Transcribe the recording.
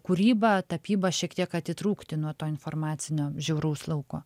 kūrybą tapybą šiek tiek atitrūkti nuo to informacinio žiauraus lauko